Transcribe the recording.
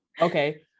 Okay